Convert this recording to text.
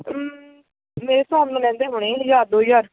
ਮੇਰੇ ਹਿਸਾਬ ਨਾਲ ਲੈਂਦੇ ਹੋਣੇ ਹਜ਼ਾਰ ਦੋ ਹਜ਼ਾਰ